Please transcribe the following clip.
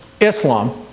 Islam